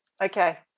Okay